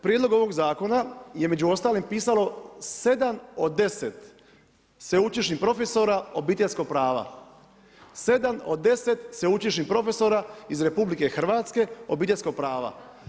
Prijedlog ovog zakona je među ostalim pisalo 7 od 10 sveučilišnih profesora Obiteljskog prava, 7 od 10 sveučilišnih profesora iz RH Obiteljskog prava.